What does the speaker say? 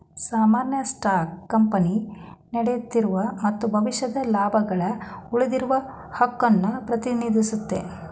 ಸಾಮಾನ್ಯ stock company ನಡೆಯುತ್ತಿರುವ ಮತ್ತು ಭವಿಷ್ಯದ ಲಾಭಗಳ್ಗೆ ಉಳಿದಿರುವ ಹಕ್ಕುನ್ನ ಪ್ರತಿನಿಧಿಸುತ್ತೆ